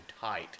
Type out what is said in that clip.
tight